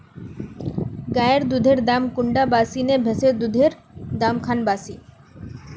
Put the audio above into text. गायेर दुधेर दाम कुंडा बासी ने भैंसेर दुधेर र दाम खान बासी?